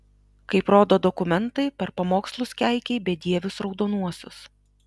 kaip rodo dokumentai per pamokslus keikei bedievius raudonuosius